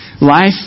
Life